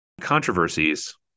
controversies